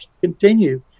continue